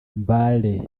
mbale